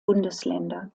bundesländer